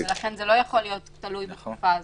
לכן זה לא יכול להיות תלוי בתקופה הזאת.